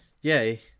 Yay